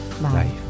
life